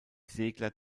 segler